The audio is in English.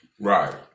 Right